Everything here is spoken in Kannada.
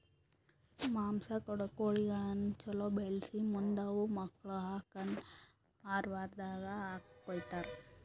ಮಾಂಸ ಕೊಡೋ ಕೋಳಿಗಳನ್ನ ಛಲೋ ಬೆಳಿಸಿ ಮುಂದ್ ಅವು ಮಕ್ಕುಳ ಹಾಕನ್ ಆರ ವಾರ್ದಾಗ ಕೊಯ್ತಾರ